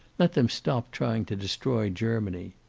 let them stop trying to destroy germany.